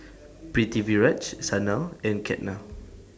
Pritiviraj Sanal and Ketna